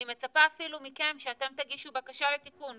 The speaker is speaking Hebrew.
אני מצפה אפילו מכם שאתם תגישו בקשה לתיקון.